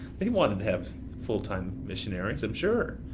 they wanted to have full-time missionaries i'm sure.